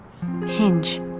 Hinge